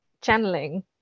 channeling